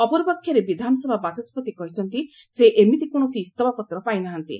ଅପର ପକ୍ଷରେ ବିଧାନସଭା ବାଚସ୍କତି କହିଛନ୍ତି ସେ ଏମିତି କୌଣସି ଇସଫାପତ୍ର ପାଇ ନାହାନ୍ତି